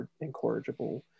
incorrigible